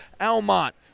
Almont